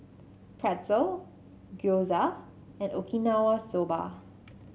Pretzel Gyoza and Okinawa Soba